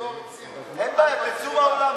אין בעיה, תצאו מהאולם.